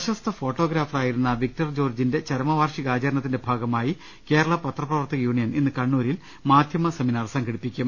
പ്രശസ്ത ഫോട്ടോഗ്രാഫറായിരുന്ന വിക്ടർ ജോർജ്ജിന്റെ ചരമ വാർഷികാചരണത്തിന്റെ ഭാഗമായി കേരള പത്രപ്രവർത്തക യൂണിയൻ ഇന്ന് കണ്ണൂരിൽ മാധ്യമ സെമിനാർ സംഘടിപ്പിക്കും